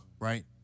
Right